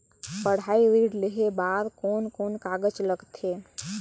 पढ़ाई ऋण लेहे बार कोन कोन कागज लगथे?